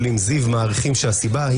יותר.